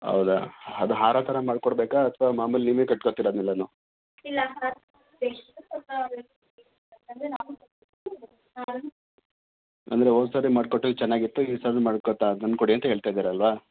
ಹೌದಾ ಅದ್ ಹಾರ ಥರ ಮಾಡಿಕೊಡ್ಬೇಕಾ ಅಥ್ವಾ ಮಾಮೂಲಿ ನೀವೇ ಕಟ್ಕೊತೀರಾ ಅದನ್ನೆಲ್ಲನೂ ಅಂದರೆ ಹೋದ್ ಸಾರಿ ಮಾಡಿಕೊಟ್ವಿ ಚೆನ್ನಾಗಿತ್ತು ಈ ಸಲ್ವೂ ಮಾಡ್ಕೋ ತ ತಂದುಕೊಡಿ ಅಂತ ಹೇಳ್ತಾ ಇದೀರಲ್ವಾ